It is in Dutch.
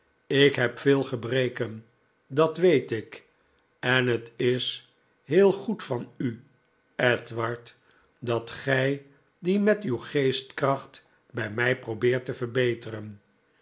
ik heb veel gebreken dat weet ik en het is heel goed van u edward dat gij die met uw geestkracht bij mij probeert te verbeteren